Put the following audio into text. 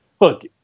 look